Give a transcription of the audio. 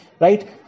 right